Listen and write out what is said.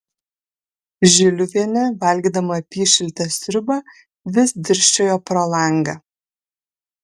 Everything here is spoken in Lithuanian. žiliuvienė valgydama apyšiltę sriubą vis dirsčiojo pro langą